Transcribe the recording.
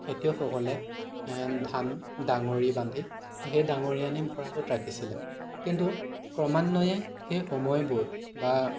খেতিয়কসলকে ধান ডাঙৰি বান্ধি সেই ডাঙৰি আনি ভঁৰালত ৰাখিছিলে কিন্তু ক্ৰমান্বয়ে সেই সময়বোৰ বা